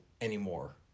anymore